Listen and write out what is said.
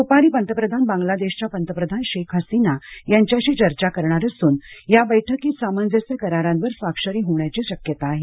दुपारी पंतप्रधान बांगला देश च्या पंतप्रधान शेख हसीना यांच्याशी चर्चा करणार असून या बैठकीत सामंजस्य कारारांवर स्वाक्षरी होण्याची शक्यता आहे